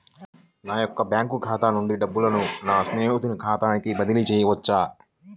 నా యొక్క బ్యాంకు ఖాతా నుండి డబ్బులను నా స్నేహితుని ఖాతాకు బదిలీ చేయవచ్చా?